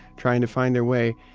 trying to find their way.